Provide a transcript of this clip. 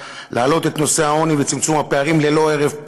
להעלות את נושא העוני וצמצום הפערים ללא הרף,